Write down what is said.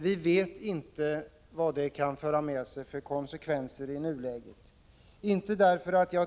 Vi vet inte vilka konsekvenser det skulle kunna föra med sig.